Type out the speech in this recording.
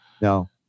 no